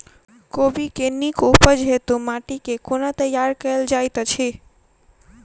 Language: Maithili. कोबी केँ नीक उपज हेतु माटि केँ कोना तैयार कएल जाइत अछि?